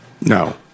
No